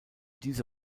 diese